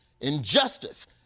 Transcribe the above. injustice